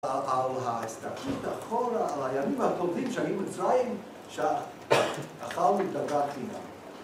על ההסתכלות אחורה, על הימים הטובים שהיינו במצרים שאכלנו דגה חינם.